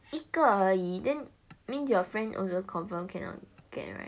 一个而已 then means your friend also confirm cannot get [right]